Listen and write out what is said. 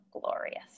glorious